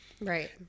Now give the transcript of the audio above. Right